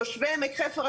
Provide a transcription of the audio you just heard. תושבי עמק חפר,